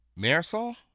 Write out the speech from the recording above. Marisol